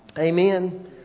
Amen